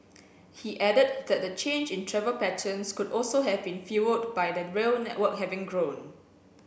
he added that the change in travel patterns could also have been fuelled by the rail network having grown